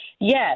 Yes